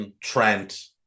Trent